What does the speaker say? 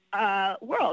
World